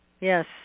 yes